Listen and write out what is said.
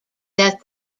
that